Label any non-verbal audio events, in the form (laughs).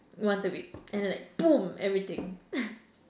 once a week and like boom everything (laughs)